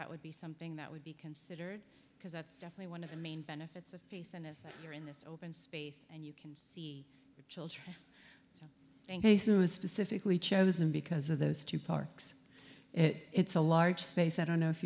that would be something that would be considered because that's definitely one of the main benefits of peace and if you're in this open space and you can see children specifically chosen because of those two parks it's a large space i don't know if